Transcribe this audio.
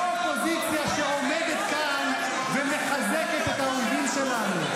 לא אופוזיציה שעומדת כאן ומחזקת את האויבים שלנו.